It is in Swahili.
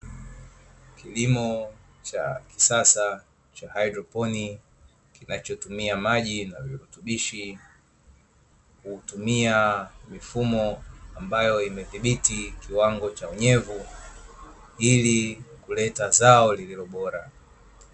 Kilimo cha kisasa cha hydroponic kinachotumia maji na virutubishi, hutumia mifumo ambayo imedhibiti kiwango cha unyevu ili kuleta zao lililo bora.